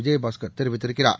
விஜயபாஸ்கர் தெரிவித்திருக்கிறார்